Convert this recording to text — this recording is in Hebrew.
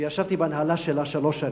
וישבתי בהנהלה שלה שלוש שנים,